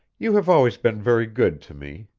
you have always been very good to me,